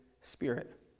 Spirit